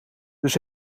dus